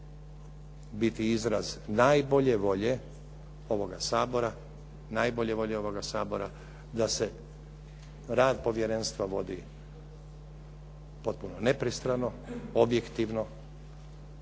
biti izraz najbolje volje ovoga Sabora, najbolje volje ovoga Sabora da se rad ovoga povjerenstva vodi potpuno nepristrano, objektivno,